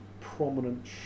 prominent